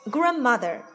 Grandmother